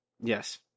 Yes